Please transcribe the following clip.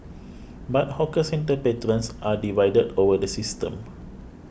but hawker centre patrons are divided over the system